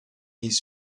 these